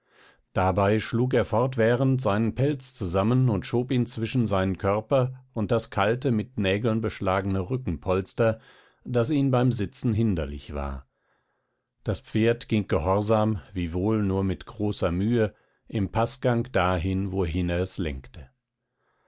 dabei schlug er fortwährend seinen pelz zusammen und schob ihn zwischen seinen körper und das kalte mit nägeln beschlagene rückenpolster das ihm beim sitzen hinderlich war das pferd ging gehorsam wiewohl nur mit großer mühe im paßgang dahin wohin er es lenkte